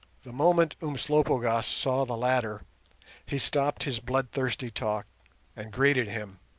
the moment umslopogaas saw the latter he stopped his bloodthirsty talk and greeted him.